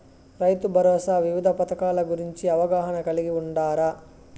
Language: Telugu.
రైతుభరోసా వివిధ పథకాల గురించి అవగాహన కలిగి వుండారా?